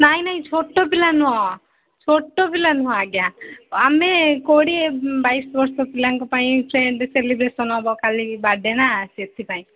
ନାଇଁ ନାଇଁ ଛୋଟ ପିଲା ନୁହଁ ଛୋଟ ପିଲା ନୁହଁ ଆଜ୍ଞା ଆମେ କୋଡ଼ିଏ ବାଇଶବର୍ଷ ପିଲାଙ୍କପାଇଁ ଫ୍ରେଣ୍ଡ୍ ସେଲିବ୍ରେସନ୍ ହେବ କାଲି ବାର୍ଥଡେ ନା ସେଥିପାଇଁ